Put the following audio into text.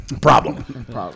Problem